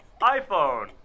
iPhone